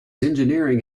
engineering